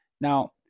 Now